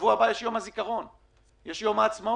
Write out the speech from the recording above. שבוע הבא יש יום הזיכרון ויום העצמאות.